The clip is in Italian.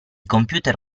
computer